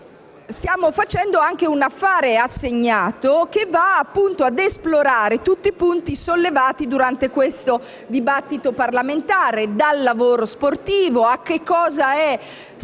Stiamo esaminando anche un affare assegnato che va ad esplorare tutti i punti sollevati durante questo dibattito parlamentare, dal lavoro sportivo, alla definizione